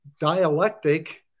dialectic